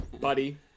buddy